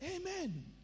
Amen